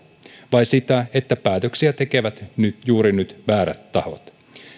vai sitä että päätöksiä tekevät juuri nyt väärät tahot